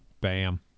Bam